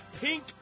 pink